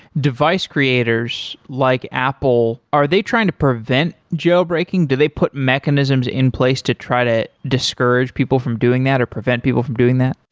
device creators, like apple, are they trying to prevent jailbreaking? do they put mechanisms in place to try to discourage people from doing that or prevent people from doing that?